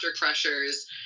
Crusher's